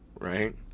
Right